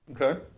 Okay